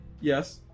Yes